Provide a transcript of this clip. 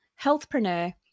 healthpreneur